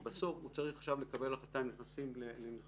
כי בסוף הוא צריך לקבל החלטה אם נכנסים למלחמה,